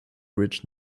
rich